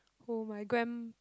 whom my grand